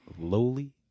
lowly